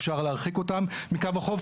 אפשר להרחיק אותם מקו החוף,